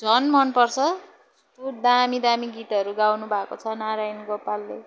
झन् मनपर्छ कस्तो दामी दामी गीतहरू गाउनुभएको छ नारायण गोपालले